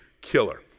killer